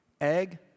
Egg